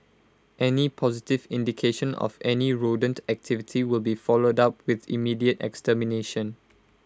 any positive indication of any rodent activity will be followed up with immediate extermination